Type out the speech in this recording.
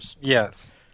Yes